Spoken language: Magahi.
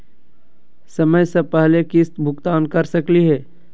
समय स पहले किस्त भुगतान कर सकली हे?